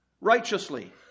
righteously